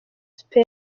supt